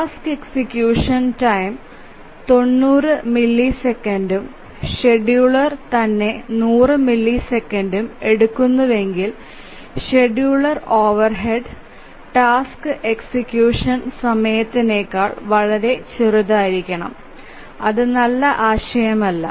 task execution time 90 മില്ലിസെക്കൻഡും scheduler തന്നെ 100 മില്ലിസെക്കൻഡും എടുക്കുന്നുവെങ്കിൽ ഷെഡ്യൂളർ ഓവർഹെഡ് ടാസ്ക് എക്സിക്യൂഷൻ സമയത്തിനേക്കാൾ വളരെ ചെറുതായിരിക്കണം അത് നല്ല ആശയമല്ല